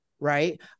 right